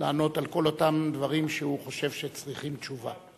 לענות על כל אותם דברים שהוא חושב שצריכים תשובה.